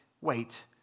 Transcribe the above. wait